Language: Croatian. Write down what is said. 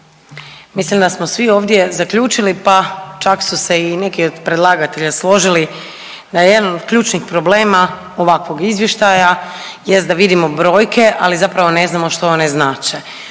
Mislim da smo svi ovdje zaključili pa čak su se i neki od predlagatelja složili da je jedan od ključnih problema ovakvog izvještaja jest da vidimo brojke, ali zapravo ne znamo što one znače,